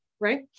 right